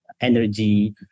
energy